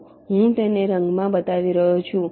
સારું હું તેને રંગમાં બતાવી રહ્યો છું